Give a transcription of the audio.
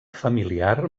familiar